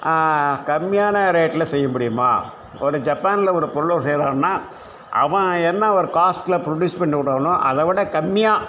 கம்மியான ரேட்டில் செய்ய முடியுமா ஒரு ஜப்பானில் ஒரு பொருள செய்கிறோன்னா அவன் என்ன ஒரு காஸ்ட்டில் ப்ரொடியூஸ் பண்ணி விட்டுறானோ அதை விட கம்மியா